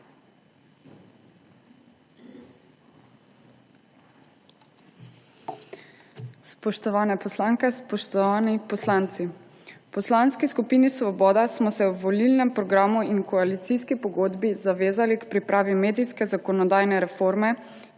Spoštovane poslanke, spoštovani poslanci! V Poslanski skupini Svoboda smo se v volilnem programu in koalicijski pogodbi zavezali k pripravi medijske zakonodajne reforme,